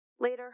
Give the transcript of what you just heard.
Later